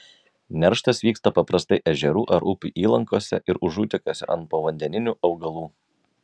nerštas vyksta paprastai ežerų ar upių įlankose ir užutekiuose ant povandeninių augalų